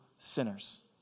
sinners